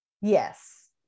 Yes